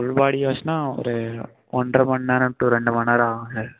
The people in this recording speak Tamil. ஃபுல் பாடி வாஷுனா ஒரு ஒன்றரை மணிநேரம் டு ரெண்டு மணிநேரம் ஆகும் சார்